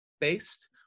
based